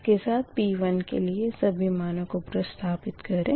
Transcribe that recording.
इसके साथ P1 के लिए ये सभी मानो को प्रतिस्थपित करें